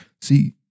See